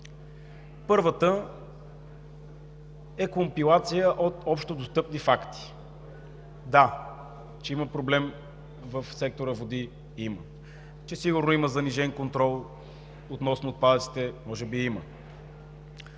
Първата е компилация от общодостъпни факти. Да, че има проблем в сектор „Води“ – има, че сигурно има занижен контрол относно отпадъците – може би има.